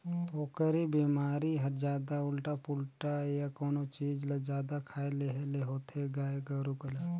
पोकरी बेमारी हर जादा उल्टा पुल्टा य कोनो चीज ल जादा खाए लेहे ले होथे गाय गोरु ल